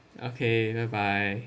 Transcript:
okay bye bye